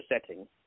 setting